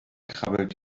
krabbelt